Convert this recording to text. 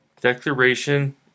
Declaration